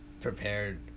prepared